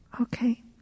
Okay